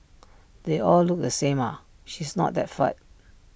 they all look the same ah she's not that fat